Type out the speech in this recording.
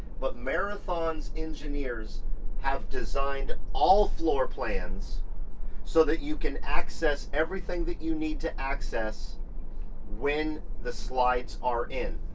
but marathon's engineers have designed all floorplans so that you can access everything that you need to access when the slides are in.